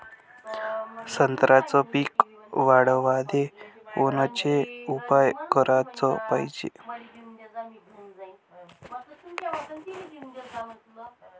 संत्र्याचं पीक वाढवाले कोनचे उपाव कराच पायजे?